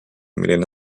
milline